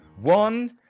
one